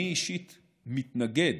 אני אישית מתנגד.